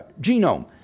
genome